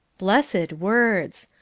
blessed words!